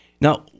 Now